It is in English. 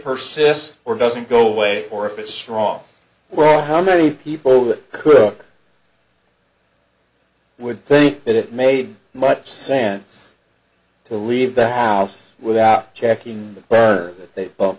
persists or doesn't go away for if it's strong well how many people that cook would think that it made much sense to leave the house without checking